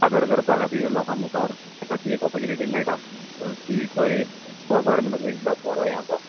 सादर करपा खातीर लोकां मुखार तेका ती एक ऑपॉर्चनिटी मेळटा ती खंय हो गवर्मेंटाचो एकदां बरो हें आसा